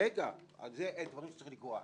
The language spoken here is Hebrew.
אלה דברים שצריך לגרוע.